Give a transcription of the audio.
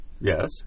yes